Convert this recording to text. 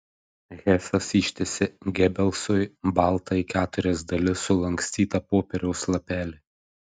hesas ištiesė gebelsui baltą į keturias dalis sulankstytą popieriaus lapelį